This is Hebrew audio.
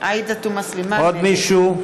עוד מישהו?